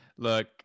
Look